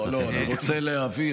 אני רוצה להבהיר,